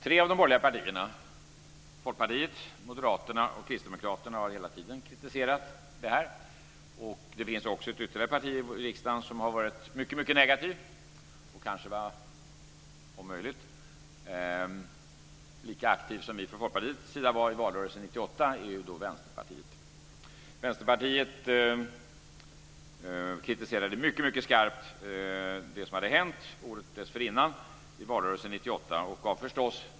Tre av de borgerliga partierna - Folkpartiet, Moderaterna och Kristdemokraterna - har hela tiden kritiserat detta. Det finns också ett ytterligare parti i riksdagen som har varit mycket negativt. Det kanske var om möjligt lika aktivt som vi från Folkpartiets sida var i valrörelsen år 1998. Det partiet är Vänsterpartiet. Vänsterpartiet kritiserade mycket skarpt det som hade hänt året dessförinnan i valrörelsen år 1998.